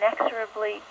inexorably